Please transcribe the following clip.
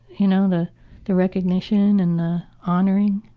you know? the the recognition and the honoring.